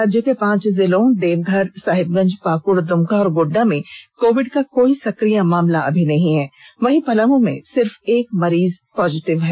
राज्य के पांच जिलों देवघर साहिबगंज पाकड़ द्मका तथा गोड्डा में कोविड का कोई सक्रिय मामला अभी नहीं है वहीं पलामू में सिर्फ एक मरीज पॉजिटिव है